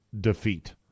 defeat